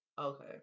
Okay